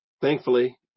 thankfully